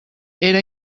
era